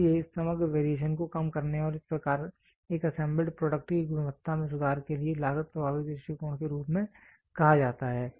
इसलिए इस समग्र वेरिएशन को कम करने और इस प्रकार एक असेंबल्ड प्रोडक्ट की गुणवत्ता में सुधार के लिए लागत प्रभावी दृष्टिकोण के रूप में कहा जाता है